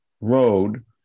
road